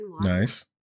Nice